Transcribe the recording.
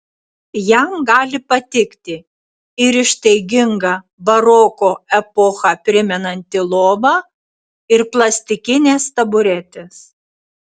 jam gali patikti ir ištaiginga baroko epochą primenanti lova ir plastikinės taburetės